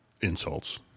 insults